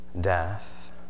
death